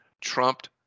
trumped